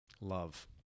Love